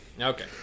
Okay